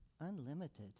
Unlimited